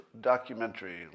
documentary